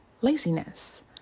laziness